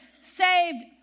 saved